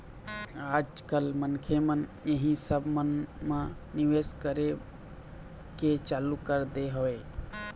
आज कल मनखे मन इही सब मन म निवेश करे के चालू कर दे हवय